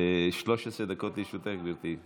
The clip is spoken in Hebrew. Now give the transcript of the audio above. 13 דקות לרשותך, גברתי.